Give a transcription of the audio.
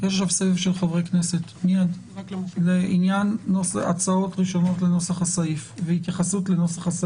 יש עכשיו סבב של חברי כנסת לעניין הצעות לנוסח הסעיף והתייחסות אליו.